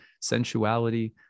sensuality